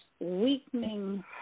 weakening